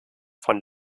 von